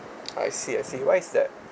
I see I see why is that